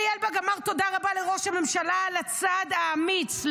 אלי אלבג אמר: תודה רבה לראש הממשלה על הצעד האמיץ,